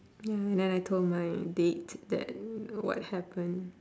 ya and then I told my date that what happen